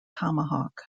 tomahawk